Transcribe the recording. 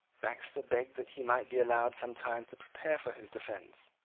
baxter begged that he might be allowed some time to prepare for his defence.